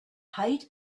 height